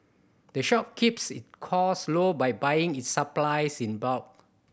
the shop keeps its costs low by buying its supplies in bulk